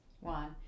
One